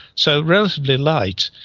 so relatively light.